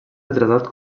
retratat